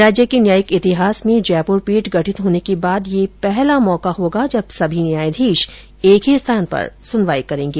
राज्य के न्यायिक इतिहास में जयप्र पीठ गठित होने के बाद ये पहला मौका होगा जब सभी न्यायाधीश एक ही स्थान पर सुनवाई करेंगे